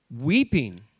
weeping